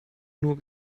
nur